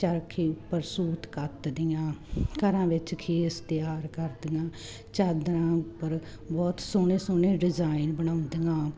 ਚਰਖੇ ਉੱਪਰ ਸੂਤ ਕਤਦੀਆਂ ਘਰਾਂ ਵਿੱਚ ਖੇਸ ਤਿਆਰ ਕਰਦੀਆਂ ਚਾਦਰਾਂ ਉੱਪਰ ਬਹੁਤ ਸੋਹਣੇ ਸੋਹਣੇ ਡਿਜ਼ਾਇਨ ਬਣਾਉਂਦੀਆਂ